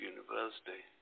University